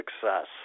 success